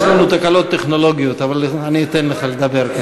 יש לנו תקלות טכניות, אבל אני אתן לך לדבר.